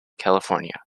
california